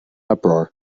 uproar